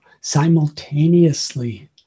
simultaneously